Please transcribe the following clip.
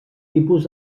tipus